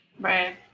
Right